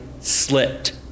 slipped